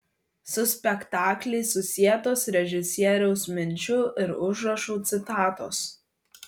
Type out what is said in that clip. su spektakliais susietos režisieriaus minčių ir užrašų citatos